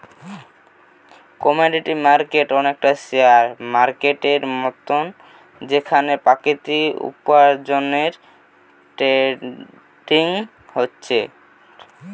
commodity market অনেকটা share মার্কেটের মতন যেখানে প্রাকৃতিক উপার্জনের ট্রেডিং হচ্ছে